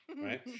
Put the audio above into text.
Right